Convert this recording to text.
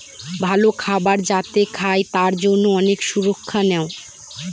ভালো খাবার যাতে খায় তার জন্যে অনেক সুরক্ষা নেয়